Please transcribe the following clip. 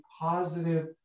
positive